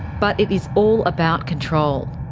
but it is all about control.